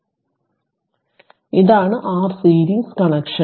അതിനാൽ ഇതാണ് Rseries connection